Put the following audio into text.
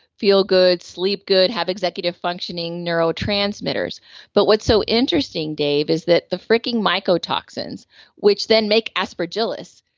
feel good, sleep good, have executive functioning neuro transmitters but, what's so interesting dave, is that the freaking mycotoxins which then make aspergillus,